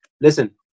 Listen